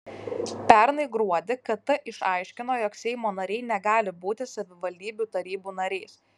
pernai gruodį kt išaiškino jog seimo nariai negali būti savivaldybių tarybų nariais